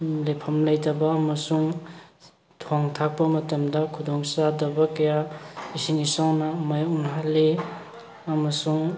ꯂꯩꯐꯝ ꯂꯩꯇꯕ ꯑꯃꯁꯨꯡ ꯊꯣꯡ ꯊꯥꯛꯄ ꯃꯇꯝꯗ ꯈꯨꯗꯣꯡꯆꯥꯗꯕ ꯀꯌꯥ ꯏꯁꯤꯡ ꯏꯆꯥꯎꯅ ꯃꯥꯌꯣꯛꯅꯍꯜꯂꯤ ꯑꯃꯁꯨꯡ